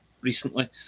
recently